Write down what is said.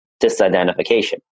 disidentification